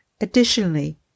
Additionally